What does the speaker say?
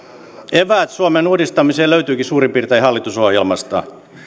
eväät suomen uudistamiseen löytyvätkin suurin piirtein hallitusohjelmasta